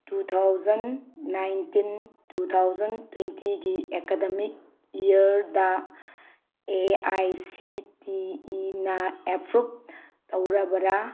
two thousand nineteen two thousand ꯇ꯭ꯋꯦꯟꯇꯤꯒꯤ academic ꯏꯌꯔꯗ A I C T ꯏꯅ approve ꯇꯧꯔꯕꯔ